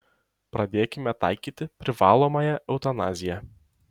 pradėkime taikyti privalomąją eutanaziją